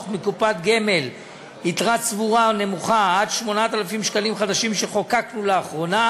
מקופת גמל יתרה צבורה הנמוכה עד 8,000 ש"ח שחוקקנו לאחרונה,